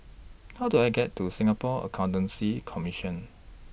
How Do I get to Singapore Accountancy Commission